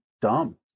dumb